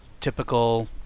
typical